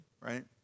right